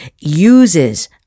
uses